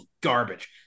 garbage